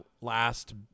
last